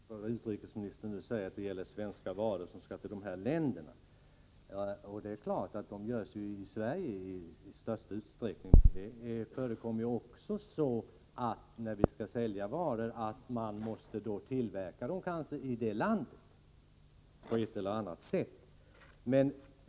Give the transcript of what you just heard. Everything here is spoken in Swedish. Herr talman! Vad utrikesministern nu sade om svenska varor som skall till de nämnda länderna låter ju trovärdigt. Det är klart att kläderna i största utsträckning tillverkas i Sverige. Men det förekommer vid försäljning av svenska varor att varorna på ett eller annat sätt måste tillverkas i dessa länder.